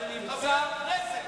לך לוועדת האתיקה.